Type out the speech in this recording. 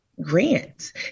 grants